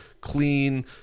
clean